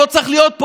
נגד הממשלה,